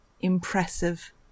impressive